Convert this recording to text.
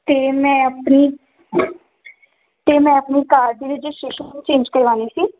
ਅਤੇ ਮੈਂ ਆਪਣੀ ਅਤੇ ਮੈਂ ਆਪਣੀ ਕਾਰ ਦੀ ਰਜਿਸਟ੍ਰੇਸ਼ਨ ਚੇਂਜ ਕਰਵਾਉਣੀ ਸੀ